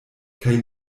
kaj